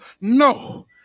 No